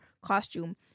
costume